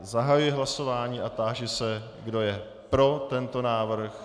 Zahajuji hlasování a táži se, kdo je pro tento návrh.